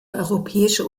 europäische